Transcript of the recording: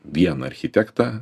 vieną architektą